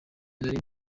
nari